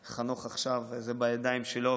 ועכשיו זה בידיים של חנוך.